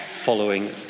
following